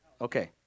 Okay